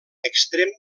extrem